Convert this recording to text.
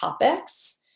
topics